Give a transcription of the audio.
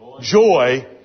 joy